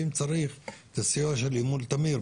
אם צריך את הסיוע שלי מול תמיר,